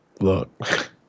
look